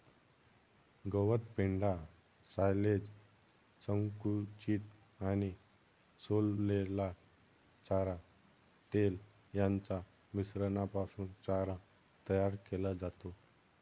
गवत, पेंढा, सायलेज, संकुचित आणि सोललेला चारा, तेल यांच्या मिश्रणापासून चारा तयार केला जातो